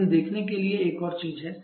लेकिन देखने के लिए एक और चीज है